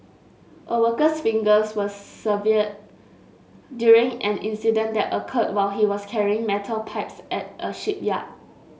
a worker's fingers were severed during an incident that occurred while he was carrying metal pipes at a shipyard